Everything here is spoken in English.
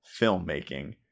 filmmaking